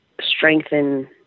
strengthen